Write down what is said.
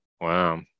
Wow